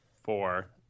four